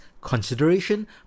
consideration